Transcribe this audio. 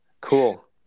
Cool